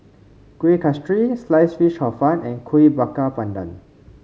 Kuih Kasturi Sliced Fish Hor Fun and Kuih Bakar Pandan